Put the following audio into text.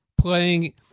playing